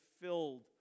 filled